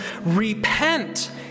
Repent